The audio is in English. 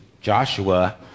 Joshua